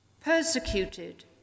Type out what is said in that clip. persecuted